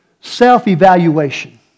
self-evaluation